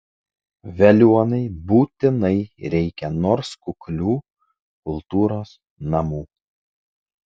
veliuonai būtinai reikia nors kuklių kultūros namų